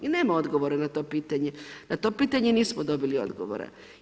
I nema odgovora na to pitanje, na to pitanje nismo dobili odgovore.